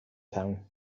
town